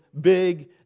big